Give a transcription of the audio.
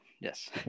Yes